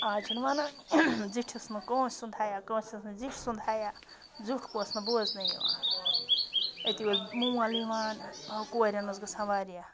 آز چھِنہٕ وَنٲنی زِٹھِس نہٕ کٲنٛس سُنٛد حیا کٲنٛسِس نہٕ آسان زِٹھۍ سُنٛد حیا زیُٹھ کونٛس نہٕ بوزنَے یِوان أتی اوس مول یِوان کورٮ۪ن اوس گژھان واریاہ